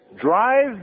drive